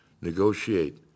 negotiate